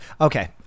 Okay